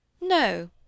No